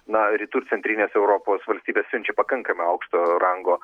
na rytų ir centrinės europos valstybės siunčia pakankamai aukšto rango